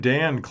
Dan